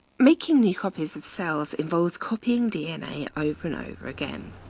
making new copies of cells involves copying dna over and over again.